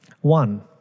One